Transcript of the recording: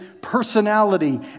personality